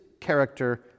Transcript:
character